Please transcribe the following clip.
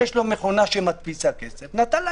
יש לו מכונה שמדפיסה כסף - נתן להם.